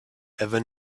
ever